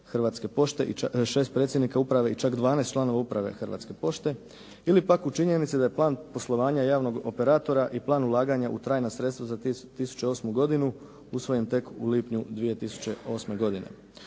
Hrvatske pošte i čak 12 članova uprave Hrvatske pošte ili pak u činjenici plan poslovanja javnog operatora i plan ulaganja u trajna sredstva za 2008. godinu usvojen tek u lipnju 2008. godine.